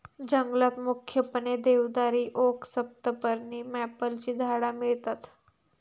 जंगलात मुख्यपणे देवदारी, ओक, सप्तपर्णी, मॅपलची झाडा मिळतत